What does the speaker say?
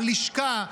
על לשכה.